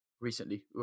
recently